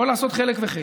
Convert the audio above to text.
או לעשות חלק וחלק.